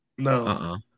No